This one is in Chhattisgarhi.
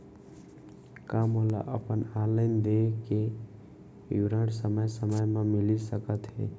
का मोला अपन ऑनलाइन देय के विवरण समय समय म मिलिस सकत हे?